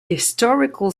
historical